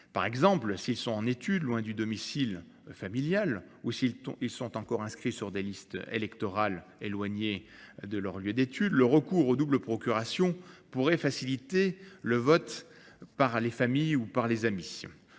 Par exemple, s'ils sont en études loin du domicile familial ou s'ils sont encore inscrits sur des listes électorales éloignées de leur lieu d'études, le recours aux doubles procurations pourrait faciliter le vote par les familles ou par les amis.